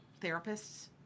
therapists